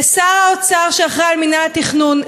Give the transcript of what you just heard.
לשר האוצר שאחראי למינהל התכנון,